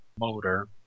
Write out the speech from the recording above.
motor